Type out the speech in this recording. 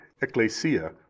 Ecclesia